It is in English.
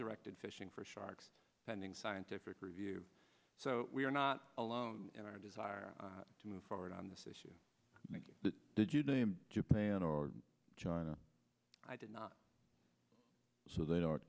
directed fishing for sharks pending scientific review so we are not alone in our desire to move forward on this issue did you name japan or china i did not so they are